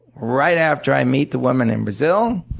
right after i meet the woman in brazil,